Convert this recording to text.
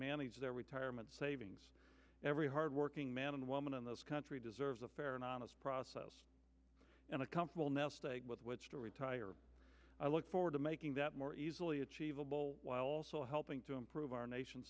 manage their retirement savings every hardworking man and woman on those country deserves a fair and honest process and a comfortable now to retire i look forward to making that more easily achievable while also helping to improve our nation